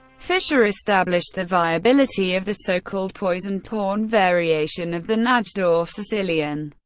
fischer established the viability of the so-called poisoned pawn variation of the najdorf sicilian.